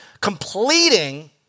completing